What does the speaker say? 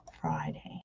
Friday